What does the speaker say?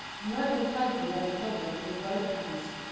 who had him tightly by the doublet with both hands.